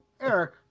Eric